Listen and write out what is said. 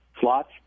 slots